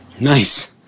Nice